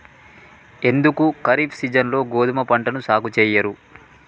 ఎందుకు ఖరీఫ్ సీజన్లో గోధుమ పంటను సాగు చెయ్యరు?